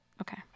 Okay